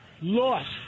lost